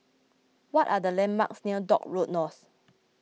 what are the landmarks near Dock Road North